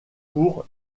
pour